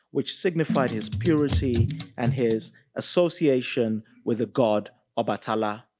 which signified his purity and his association with a god or bathala.